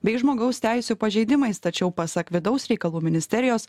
bei žmogaus teisių pažeidimais tačiau pasak vidaus reikalų ministerijos